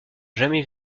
jamais